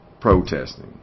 protesting